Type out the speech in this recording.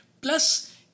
Plus